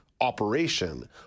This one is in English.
operation